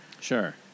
Sure